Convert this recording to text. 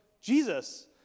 Jesus